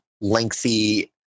lengthy